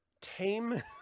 tame